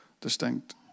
distinct